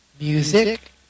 Music